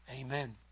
Amen